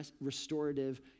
restorative